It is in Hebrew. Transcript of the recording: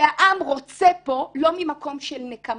והעם רוצה פה לא ממקום של נקמה,